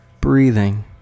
breathing